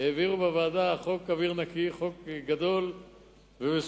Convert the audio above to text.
העבירו בוועדה חוק אוויר נקי, חוק גדול ומסובך,